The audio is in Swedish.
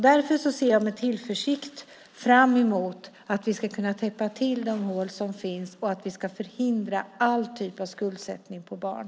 Därför ser jag med tillförsikt fram emot att vi ska kunna täppa till de hål som finns och att vi ska förhindra all typ av skuldsättning av barn.